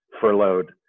furloughed